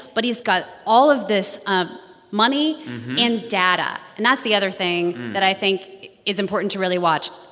but he's got all of this money and data. and that's the other thing that i think is important to really watch.